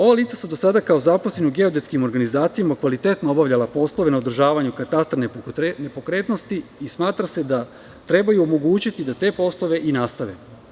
Ova lica su do sada, kao zaposleni u geodetskim organizacijama, kvalitetno obavljala poslove na održavanju katastra nepokretnosti i smatra se da im treba omogućiti da te poslove i nastave.